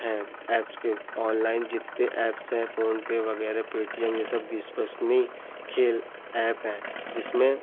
हैं एप्स के ऑनलाइन जितने एप्स हैं फोनपे वगैरह पेटीएम ये सब विश्वसनीय के एप है जिसमें